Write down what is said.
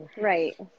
Right